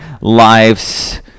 lives